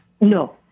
No